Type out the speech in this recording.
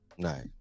right